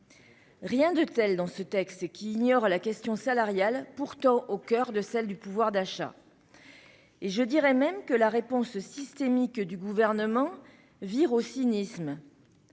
Rien de tel dans ce texte, qui ignore la question salariale, pourtant au coeur de celle du pouvoir d'achat ! Je dirais même que la réponse systémique du Gouvernement vire au cynisme.